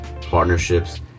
partnerships